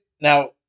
Now